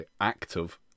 active